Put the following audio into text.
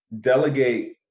delegate